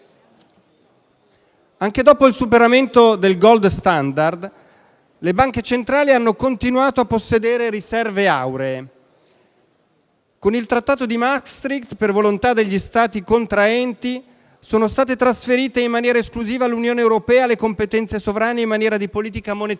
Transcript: «Anche dopo il superamento del *gold standard,* le banche centrali hanno continuato a possedere riserve auree. Con il Trattato di Maastricht, per volontà degli Stati contraenti, sono state trasferite in maniera esclusiva all'Unione europea le competenze sovrane in materia di politica monetaria».